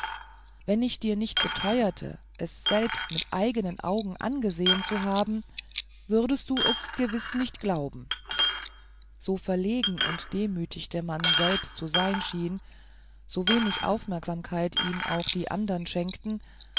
wenn ich dir nicht beteuerte es selbst mit eigenen augen angesehen zu haben würdest du es gewiß nicht glauben so verlegen und demütig der mann selbst zu sein schien so wenig aufmerksamkeit ihm auch die andern schenkten